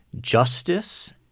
justice